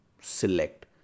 select